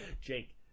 Jake